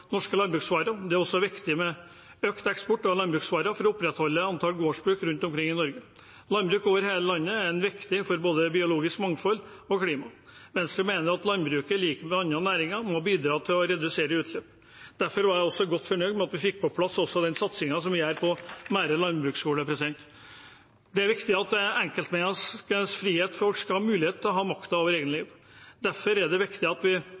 norske landbruksvarer. Det er også viktig med økt eksport av landbruksvarer for å opprettholde antall gårdsbruk rundt omkring i Norge. Landbruk over hele landet er viktig for både biologisk mangfold og klima. Venstre mener at landbruket i likhet med andre næringer må bidra til å redusere utslipp. Derfor var jeg også godt fornøyd med at vi fikk på plass også den satsingen som vi gjør på Mære landbruksskole. Det er viktig for enkeltmenneskers frihet at folk har mulighet til å ha makt over eget liv. Derfor er det viktig at vi